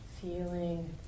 Feeling